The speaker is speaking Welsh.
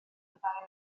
fyddai